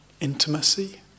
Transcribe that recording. intimacy